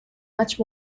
much